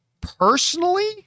personally